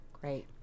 Great